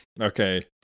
Okay